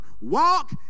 Walk